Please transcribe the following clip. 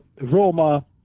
Roma